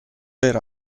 per